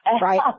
Right